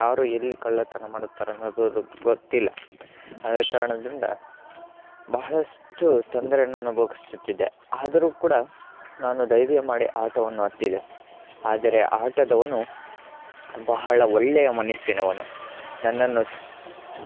ಯಾರು ಎಲ್ಲಿ ಕಳ್ಳತನ ಮಾಡುತ್ತಾರೆ ಅನ್ನೋದು ಗೊತ್ತಿಲ್ಲ ಆದ ಕಾರಣದಿಂದ ಬಹಳಷ್ಟು ತೊಂದರೆಯನ್ನು ಅನುಭವಿಸುತ್ತಿದ್ದೆ ಆದರೂ ಕೂಡ ನಾನು ಧೈರ್ಯ ಮಾಡಿ ಆಟೊವನ್ನು ಹತ್ತಿದೆ ಆದರೆ ಆಟೊದವನು ಬಹಳ ಒಳ್ಳೆಯ ಮನಸ್ಸಿನವನು ನನ್ನನ್ನು